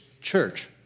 church